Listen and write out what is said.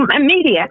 Media